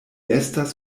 estas